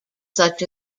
such